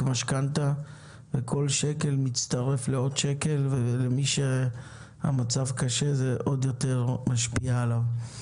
משכנתא וכל שקל מצטרף לעוד שקל ולמי שהמצב קשה זה עוד יותר משפיע עליו.